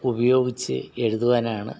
ഉപയോഗിച്ച് എഴുതുവാനാണ്